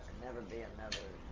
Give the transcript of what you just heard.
never be another.